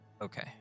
Okay